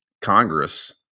Congress